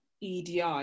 EDI